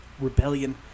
rebellion